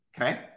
Okay